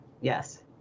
yes